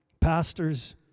pastors